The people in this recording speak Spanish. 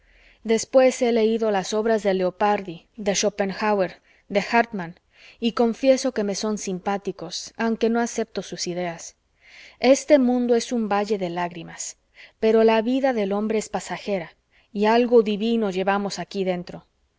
después he leído las obras de leopardi de schopenháuer y de hártman y confieso que me son simpáticos aunque no acepto sus ideas este mundo es un valle de lágrimas pero la vida del hombre es pasajera y algo divino llevamos aquí dentro